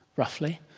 roughly,